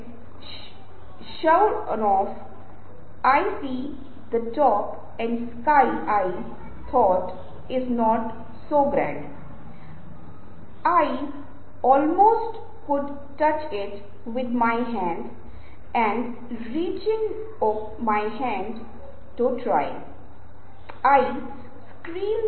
मुझे सुन केआप यह पता लगा सकते हैं कि मैं एक भारतीय या गैर भारतीय व्यक्ति हूँआप में से कई यह भी पता लगा सकते हैं की मैं भारत के पूर्वी क्षेत्र से हूँ आप यह मेरे बात करने के तरीके से अथवा मेरी उच्चारण से पता लगा सकते हैं